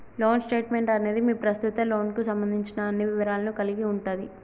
loan statement అనేది మీ ప్రస్తుత లోన్కు సంబంధించిన అన్ని వివరాలను కలిగి ఉంటది